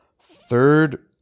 third